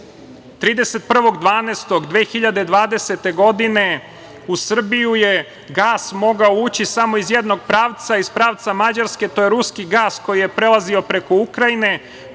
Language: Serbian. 2020. godine u Srbiju je gas mogao ući samo iz jednog pravca, iz pravca Mađarske. To je ruski gas koji je prelazio preko